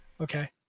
Okay